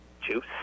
juice